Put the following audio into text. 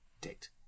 date